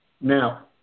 Now